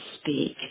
speak